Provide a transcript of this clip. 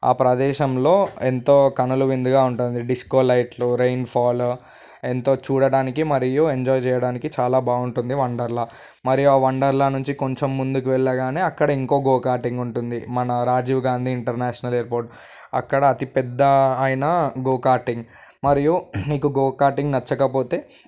ఆ ప్రదేశంలో ఎంతో కనుల విందుగా ఉంటుంది డిస్కో లైట్లు రైన్ ఫాల్ ఎంతో చూడడానికి మరియు ఎంజాయ్ చేయడానికి చాలా బాగుంటుంది వండర్లా మరియు ఆ వండర్లా నుంచి కొంచెం ముందుకు వెళ్ళగానే అక్కడ ఇంకో గో కార్టింగ్ ఉంటుంది మన Rajiv Gandhi international airport అక్కడ అతిపెద్ద అయన గో కార్టింగ్ మరియు మీకు గో కార్టింగ్ నచ్చకపోతే